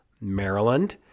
Maryland